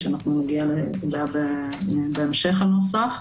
שאנחנו נגיע אליו בהמשך הנוסח.